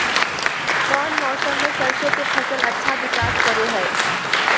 कौन मौसम मैं सरसों के फसल अच्छा विकास करो हय?